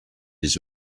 this